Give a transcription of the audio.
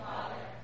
Father